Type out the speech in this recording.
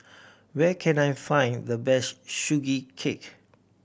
where can I find the best Sugee Cake